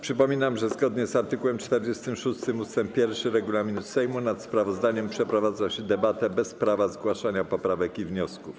Przypominam, że zgodnie z art. 46 ust. 1 regulaminu Sejmu nad sprawozdaniem przeprowadza się debatę bez prawa zgłaszania poprawek i wniosków.